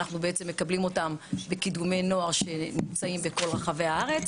אנחנו בעצם מקבלים אותם בקידומי נוער שנמצאים בכל רחבי הארץ,